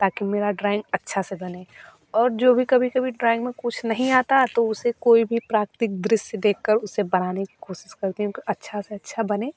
ताकि मेरा ड्रॉइंग अच्छा से बने और जो भी कभी कभी ड्रॉइंग में कुछ नहीं आता तो उसे कोई भी प्राकृतिक दृश्य देखकर उसे बनाने की कोशिश करती हूँ कि अच्छा से अच्छा बने